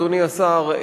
אדוני השר,